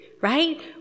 right